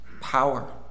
power